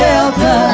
Delta